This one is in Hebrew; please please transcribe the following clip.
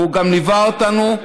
והוא גם ליווה אותנו.